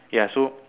ya so